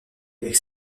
avec